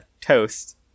Toast